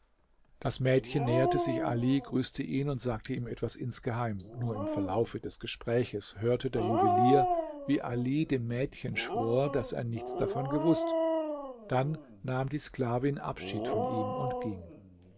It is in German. das mädchen näherte sich ali grüßte ihn und sagte ihm etwas insgeheim nur im verlauf des gespräches hörte der juwelier wie ali dem mädchen schwor daß er nichts davon gewußt dann nahm die sklavin abschied von ihm und ging